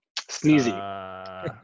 Sneezy